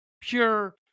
pure